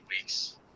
weeks